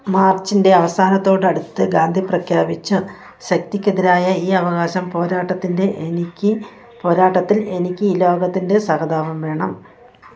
മാർച്ചിന്റെ അവസാനത്തോടടുത്ത് ഗാന്ധി പ്രഖ്യാപിച്ചു ശക്തിക്കെതിരായ ഈ അവകാശ പോരാട്ടത്തിൻ്റെ എനിക്ക് പോരാട്ടത്തിൽ എനിക്ക് ഈ ലോകത്തിന്റെ സഹതാപം വേണം